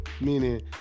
Meaning